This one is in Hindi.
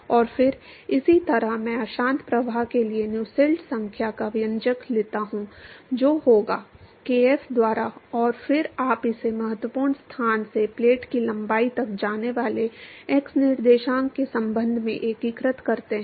और फिर इसी तरह मैं अशांत प्रवाह के लिए Nusselts संख्या का व्यंजक लेता हूं जो होगा kf द्वारा और फिर आप इसे महत्वपूर्ण स्थान से प्लेट की लंबाई तक जाने वाले x निर्देशांक के संबंध में एकीकृत करते हैं